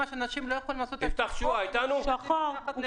אנחנו מתעלמים מזה, אבל זה קורה.